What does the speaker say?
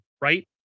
right